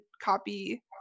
copy